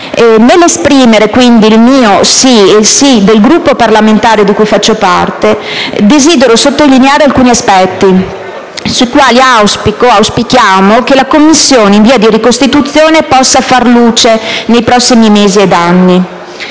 Nell'esprimere quindi il mio sì, e il sì del Gruppo parlamentare di cui faccio parte, al disegno di legge in esame, desidero sottolineare alcuni aspetti sui quali auspichiamo che la Commissione in via di ricostituzione possa far luce nei prossimi mesi ed anni.